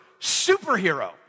superhero